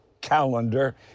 calendar